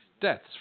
deaths